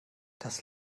das